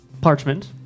parchment